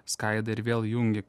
skaidai ir vėl jungi